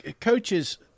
coaches